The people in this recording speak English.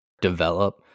develop